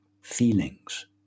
feelings